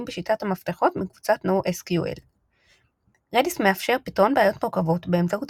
בשיטת המפתחות מקבוצת NoSQL. Redis מאפשר פתרון בעיות מורכבות באמצעות